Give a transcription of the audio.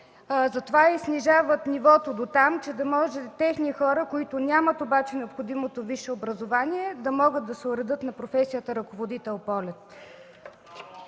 затова и снижават нивото дотам, че да може техни хора, които нямат обаче необходимото висше образование, да могат да се уредят на професията „ръководител-полети”.